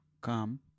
Come